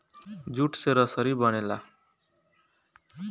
jute से रसरी बनेला